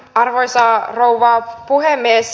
arvoisa rouva puhemies